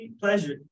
pleasure